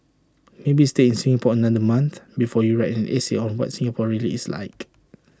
maybe stay in Singapore another month before you write an essay on what Singapore really is like